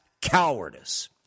cowardice